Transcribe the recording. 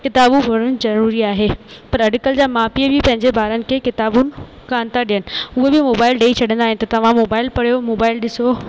किताबूं पढ़णु ज़रूरी आहे पर अॼुकल्ह जा माउ पीउ बि पंहिंजे ॿारनि खे किताबुनि कोन था ॾियनि उहे बि मोबाइल ॾेई छॾंदा आहिनि त तव्हां मोबाइल पढ़ियो मोबाइल ॾिसो